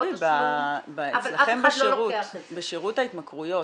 שבי, אצלכם בשירות ההתמכרויות